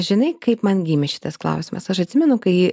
žinai kaip man gimė šitas klausimas aš atsimenu kai